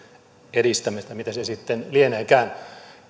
edistämistä mitä se sitten lieneekään